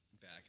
back